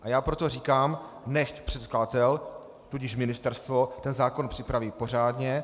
A já proto říkám, nechť předkladatel, tudíž ministerstvo, ten zákon připraví pořádně.